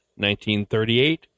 1938